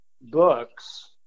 books